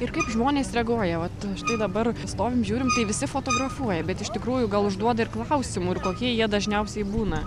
ir kaip žmonės reaguoja vat štai dabar stovim žiūrim visi fotografuoja bet iš tikrųjų gal užduoda ir klausimų kokie jie dažniausiai būna